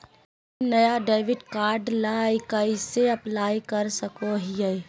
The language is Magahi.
हम नया डेबिट कार्ड ला कइसे अप्लाई कर सको हियै?